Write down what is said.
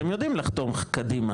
אתם יודעים לחתום קדימה,